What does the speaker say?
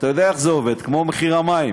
ואתה יודע איך זה עובד, כמו מחיר המים: